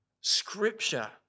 scripture